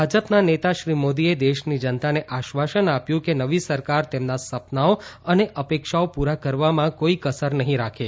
ભાજપના નેતા શ્રી મોદીએ દેશની જનતાને આશ્વાસન આપ્યું કે નવી સરકાર તેમના સપનાઓ અને અપેક્ષાઓ પુરા કરવામાં કોઈ કસર નહી રાખે